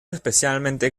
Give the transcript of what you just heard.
especialmente